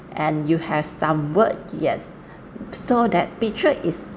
and you have some word yes so that picture is